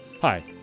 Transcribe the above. Hi